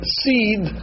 seed